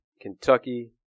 Kentucky